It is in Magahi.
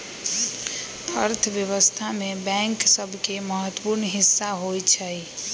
अर्थव्यवस्था में बैंक सभके महत्वपूर्ण हिस्सा होइ छइ